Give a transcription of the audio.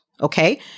Okay